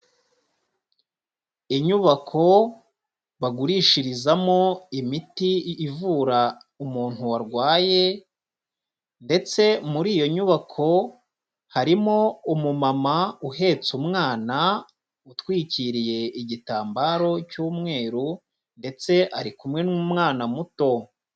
Inyubako bagurishirizamo imiti ivura umuntu warwaye ndetse muri iyo nyubako harimo umumama uhetse umwana utwikiriye igitambaro cy'umweru ndetse ari kumwe n'umwana muto.